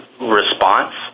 response